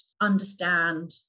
understand